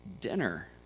dinner